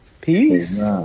peace